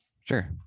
Sure